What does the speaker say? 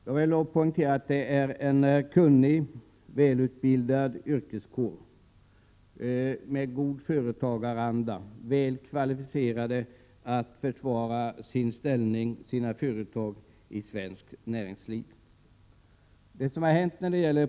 Jag vill poängtera att det är en kunnig och välutbildad yrkeskår, med god företagaranda, väl kvalificerad att försvara sin ställning och sina företag i svenskt näringsliv.